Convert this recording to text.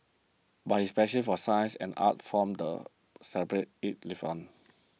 but his passion for science and art forms the celebrate it lived on